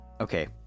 okay